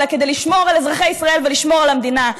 אלא כדי לשמור על אזרחי ישראל ולשמור על המדינה?